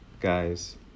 guys